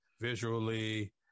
visually